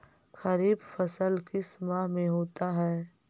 खरिफ फसल किस माह में होता है?